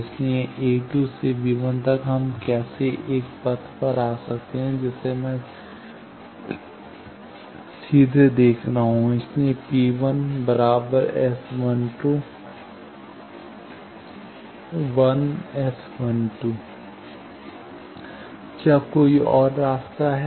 इसलिए a2 से b1 तक हम कैसे एक पथ पर आ सकते हैं जिसे मैं सीधे देख रहा हूं इसलिए P1 S12 ⋅ 1 ⋅ S12 क्या कोई और रास्ता है